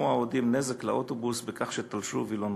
האוהדים נזק לאוטובוס בכך שתלשו וילונות.